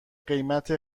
قیمت